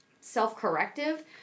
self-corrective